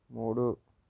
మూడు